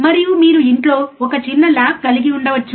మరియు మీరు ఇంట్లో ఒక చిన్న ల్యాబ్ కలిగి ఉండవచ్చు